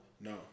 No